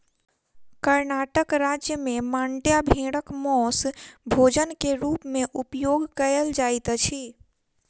कर्णाटक राज्य में मांड्या भेड़क मौस भोजन के रूप में उपयोग कयल जाइत अछि